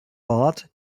bord